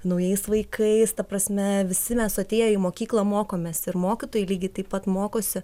naujais vaikais ta prasme visi mes atėję į mokyklą mokomės ir mokytojai lygiai taip pat mokosi